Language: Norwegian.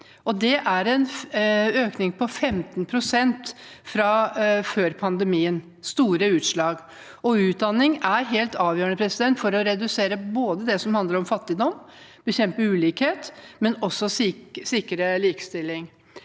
Det er en økning på 15 pst. fra før pandemien – store utslag. Utdanning er helt avgjørende for å redusere det som handler om fattigdom og å bekjempe ulikhet, men også for å sikre likestilling.